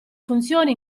funzioni